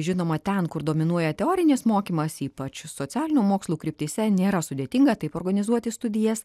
žinoma ten kur dominuoja teorinis mokymas ypač socialinių mokslų kryptyse nėra sudėtinga taip organizuoti studijas